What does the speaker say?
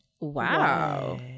wow